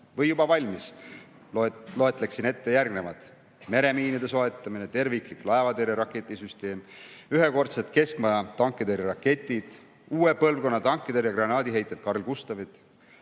või juba valmis, loetleksin järgnevad: meremiinide soetamine, terviklik laevatõrje raketisüsteem, ühekordsed keskmaa- ja tankitõrjeraketid, uue põlvkonna tankitõrje granaadiheitjad Carl-Gustavid,